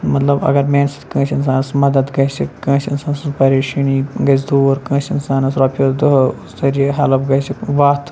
مطلب اگر میٛانہِ سۭتۍ کٲنٛسہِ اِنسانَس مدد گژھِ کٲنٛسہِ اِنسانَس سٕنٛز پریشٲنی گژھِ دوٗر کٲنٛسہِ اِنسانَس رۄپیو دٔہَو طریٖق ہٮ۪لٕپ گژھِ وَتھ